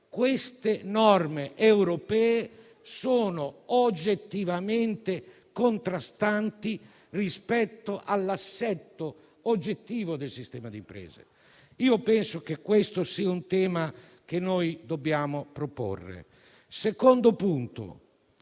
Queste norme europee sono oggettivamente contrastanti rispetto all'assetto oggettivo del sistema di impresa e penso che si tratti di un tema che dobbiamo proporre. Passo al secondo punto.